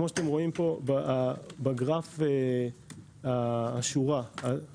כמו שאתם רואים פה בגרף